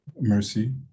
mercy